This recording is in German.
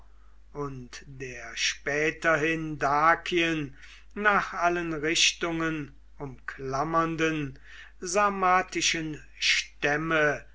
und der späterhin dakien nach allen richtungen umklammernden sarmatischen stämme